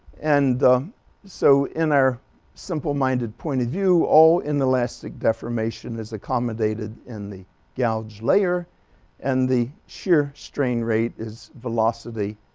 and so in our simple-minded point of view all inelastic deformation is accommodated in the gouge layer and the shear strain rate is velocity,